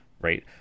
right